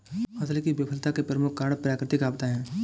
फसल की विफलता के प्रमुख कारक प्राकृतिक आपदाएं हैं